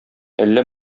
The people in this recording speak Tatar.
әллә